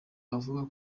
abavugaga